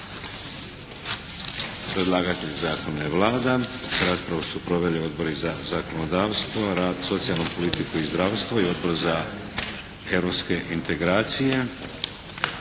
Predlagatelj zakona je Vlada. Raspravu su proveli Odbori za zakonodavstvo, rad, socijalnu politiku i zdravstvo i Odbor za europske integracije.